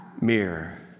Mirror